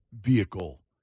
vehicle